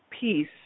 peace